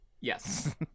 Yes